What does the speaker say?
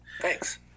Thanks